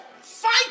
fight